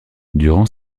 durant